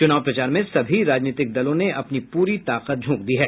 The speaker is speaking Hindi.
चुनाव प्रचार में सभी राजनीतिक दलों ने अपनी पूरी ताकत झोंक दी है